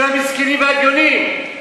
של המסכנים והאביונים.